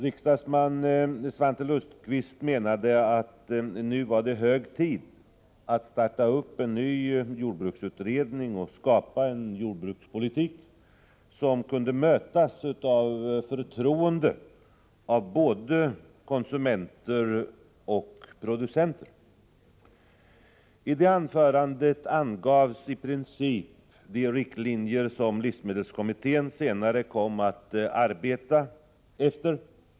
Riksdagsman Svante Lundkvist menade att det nu var hög tid att starta upp en ny jordbruksutredning och skapa en jordbrukspolitik som kunde mötas av förtroende av både konsumenter och producenter. I anförandet angavsi princip de riktlinjer som livsmedelskommittén senare kom att arbeta efter.